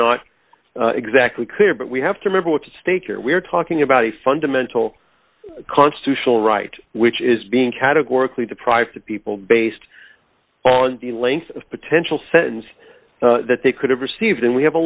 not exactly clear but we have to remember what you state here we're talking about a fundamental constitutional right which is being categorically deprived of people based on the length of potential sends that they could have received and we have a